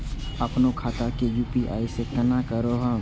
अपनो खाता के यू.पी.आई से केना जोरम?